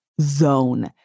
.zone